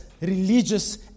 religious